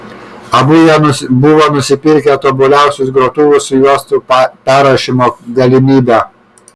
abu jie buvo nusipirkę tobuliausius grotuvus su juostų perrašymo galimybe